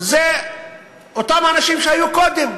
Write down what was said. זה אותם אנשים שהיו קודם.